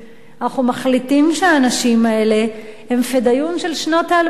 אנחנו מחליטים שהאנשים האלה הם "פדאיון" של שנות האלפיים.